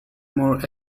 more